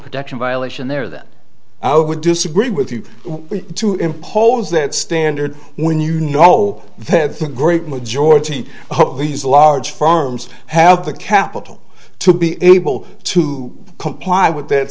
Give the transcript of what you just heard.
protection violation there then i would disagree with you to impose that standard when you know that's a great majority of these large firms have the capital to be able to comply with that